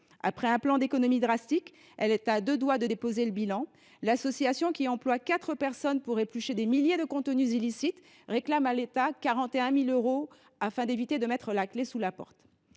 Après un plan d’économies drastique, elle est à deux doigts de déposer le bilan. L’association, qui emploie quatre personnes pour éplucher des milliers de contenus illicites, réclame à l’État 41 000 euros pour éviter de mettre la clé sous la porte.